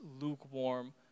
lukewarm